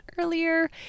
earlier